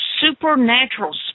supernatural